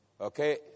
okay